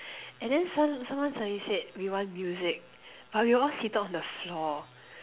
and then sud~ someone suddenly said we want music but we were all seated on the floor